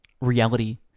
reality